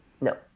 No